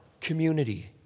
community